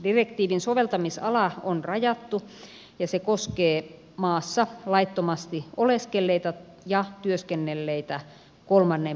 direktiivin soveltamisala on rajattu ja se koskee maassa laittomasti oleskelleita ja työskennelleitä kolmannen maan kansalaisia